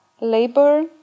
labor